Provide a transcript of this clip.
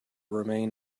remain